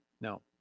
no